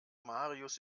marius